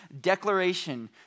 declaration